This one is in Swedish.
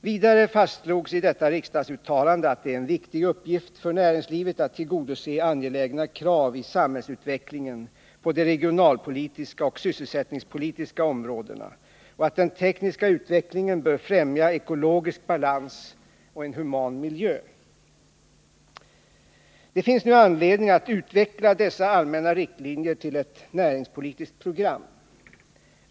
Vidare fastslogs i detta riksdagsuttalande att det är en viktig uppgift för näringslivet att tillgodose angelägna krav i samhällsutvecklingen på de regionalpolitiska och sysselsättningspolitiska områdena, och att den tekniska utvecklingen bör främja ekologisk balans och en human miljö. Det finns nu anledning att utveckla dessa allmänna riktlinjer till ett näringspolitiskt program.